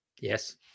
Yes